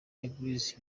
eglise